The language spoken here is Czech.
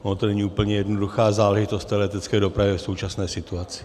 Ona to není úplně jednoduchá záležitost v té letecké dopravě v současné situaci.